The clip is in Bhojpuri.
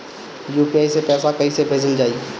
यू.पी.आई से पैसा कइसे भेजल जाई?